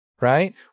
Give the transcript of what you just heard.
right